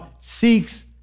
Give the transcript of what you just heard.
seeks